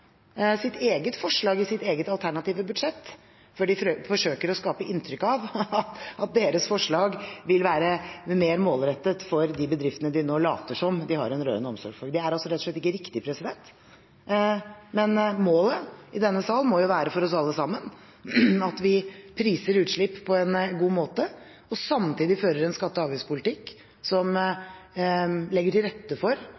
sitt eget forslag i sitt eget alternative budsjett, for de forsøker å skape inntrykk av at deres forslag vil være mer målrettet for de bedriftene de nå later som at de har en rørende omsorg for. Det er rett og slett ikke riktig. Målet i denne sal må for oss alle sammen være at vi priser utslipp på en god måte og samtidig fører en skatte- og avgiftspolitikk som legger til rette for